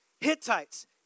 Hittites